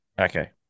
Okay